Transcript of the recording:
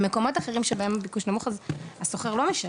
אבל במקומות אחרים שבהם הביקוש נמוך יותר אז שם השוכר לא משלם.